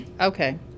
Okay